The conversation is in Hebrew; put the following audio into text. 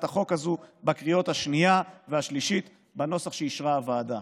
החוק הזו בקריאה השנייה והשלישית בנוסח שאישרה הוועדה.